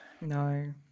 No